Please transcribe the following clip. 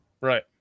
Right